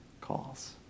calls